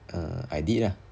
err I did lah